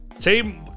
Team